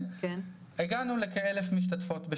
כוועדה, לקחת את